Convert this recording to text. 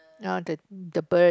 ya the the bird